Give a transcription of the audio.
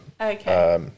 Okay